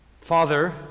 Father